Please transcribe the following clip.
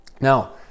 Now